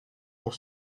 pour